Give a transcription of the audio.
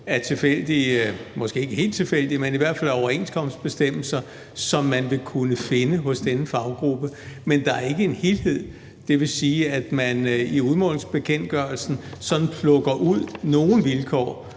af tilfældige eller måske ikke helt tilfældige overenskomstbestemmelser, som man vil kunne finde hos denne faggruppe. Men der er ikke en helhed. Det vil sige, at man i udmålingsbekendtgørelsen sådan plukker nogle vilkår